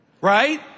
Right